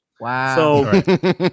Wow